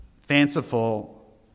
fanciful